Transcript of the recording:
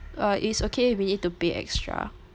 uh it's okay if we need to pay extra